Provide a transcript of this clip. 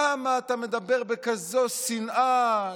למה אתה מדבר בכזאת שנאה?